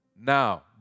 now